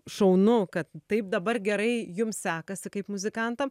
šaunu kad taip dabar gerai jums sekasi kaip muzikantam